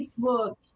facebook